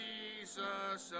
Jesus